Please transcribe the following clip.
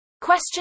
Question